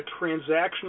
transactional